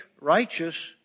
righteous